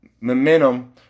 momentum